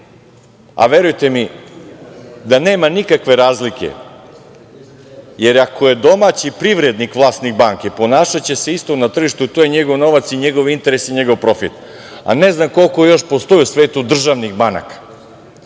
a verujte mi da nema nikakve razlike. Jer, ako je domaći privrednik vlasnik banke, ponašaće se isto na tržištu, to je njegov novac i njegov interes i njegov profit, a ne znam koliko još postoji u svetu državnih banaka. Posao